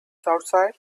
outside